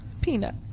Peanut